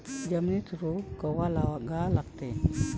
जमिनीत रोप कवा लागा लागते?